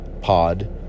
Pod